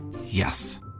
Yes